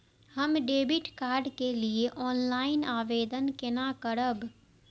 हम debit card के लिए ऑनलाइन आवेदन केना करब?